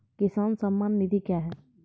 किसान सम्मान निधि क्या हैं?